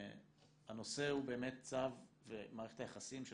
הנושא הוא באמת צו ומערכת היחסים של